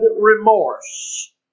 remorse